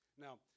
Now